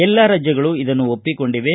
ಎಲ್ಲಾ ರಾಜ್ಜಗಳು ಇದನ್ನು ಒಪ್ಪಿಕೊಂಡಿವೆ